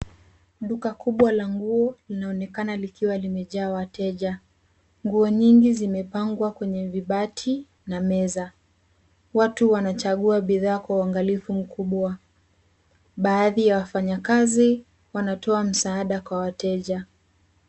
Duka kubwa la nguo linaonekana likiwa limejaa wateja. Nguo nyingi zimepangwa kwenye vibati na meza. Watu wanachagua bidhaa kwa uangalifu mkubwa. Baadhi ya wafanyakazi wanatoa msaada kwa wateja.